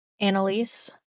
Annalise